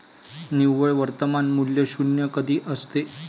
निव्वळ वर्तमान मूल्य शून्य कधी असते?